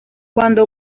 cuando